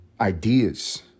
Ideas